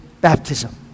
baptism